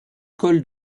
col